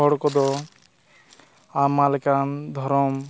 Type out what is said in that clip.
ᱦᱚᱲ ᱠᱚᱫᱚ ᱟᱭᱢᱟ ᱞᱮᱠᱟᱱ ᱫᱷᱚᱨᱚᱢ